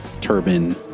turban